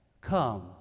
come